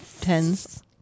tens